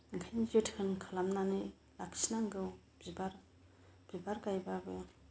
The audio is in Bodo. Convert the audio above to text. ओंखायनो जोथोन खालामनानै लाखिनांगौ बिबार बिबार गायबाबो